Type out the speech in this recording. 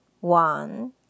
one